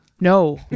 No